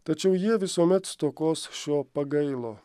tačiau jie visuomet stokos šio pagailo